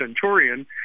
Centurion